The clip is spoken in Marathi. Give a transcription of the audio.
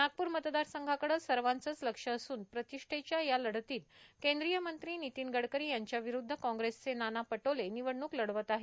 नागपूर मतदारसंघाकडे सर्वांच लक्ष असून प्रतिष्ठेच्या या लढतीत केंद्रीय मंत्री नितीन गडकरी यांच्या विरूद्व कांग्रेसचे नाना पटोले निवडणूक लढवत आहेत